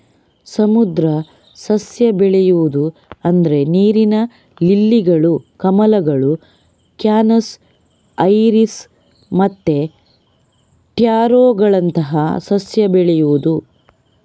ಸಮುದ್ರ ಸಸ್ಯ ಬೆಳೆಯುದು ಅಂದ್ರೆ ನೀರಿನ ಲಿಲ್ಲಿಗಳು, ಕಮಲಗಳು, ಕ್ಯಾನಸ್, ಐರಿಸ್ ಮತ್ತೆ ಟ್ಯಾರೋಗಳಂತಹ ಸಸ್ಯ ಬೆಳೆಯುದು